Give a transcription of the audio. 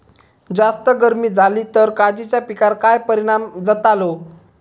जास्त गर्मी जाली तर काजीच्या पीकार काय परिणाम जतालो?